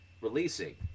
releasing